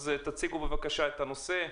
אז תציגו, בבקשה, את הנושא.